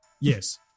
yes